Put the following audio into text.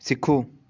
ਸਿੱਖੋ